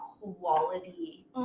quality